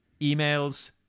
emails